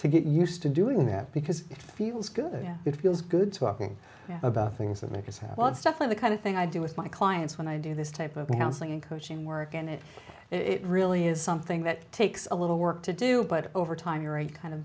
to get used to doing that because it feels good it feels good talking about things that make us have on stuff of the kind of thing i do with my clients when i do this type of counseling and coaching work and it really is something that takes a little work to do but over time you're a kind of